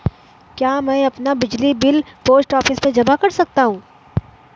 क्या मैं अपना बिजली बिल पोस्ट ऑफिस में जमा कर सकता हूँ?